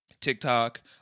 TikTok